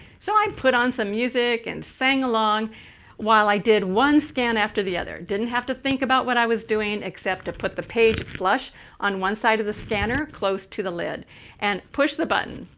so i put on some music and sang along while i did one scan after the other. didn't have to think about what i was doing except to put the page flush on one side of the scanner close to the lid and push the button.